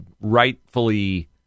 rightfully